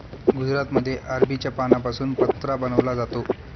गुजरातमध्ये अरबीच्या पानांपासून पत्रा बनवला जातो